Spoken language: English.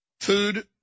Food